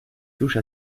touche